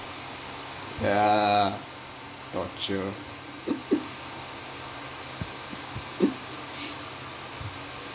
yeah torture